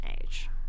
age